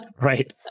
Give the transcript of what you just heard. Right